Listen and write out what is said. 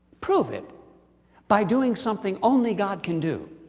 prove it by doing something only god can do.